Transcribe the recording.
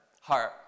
heart